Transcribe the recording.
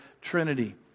Trinity